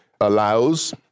allows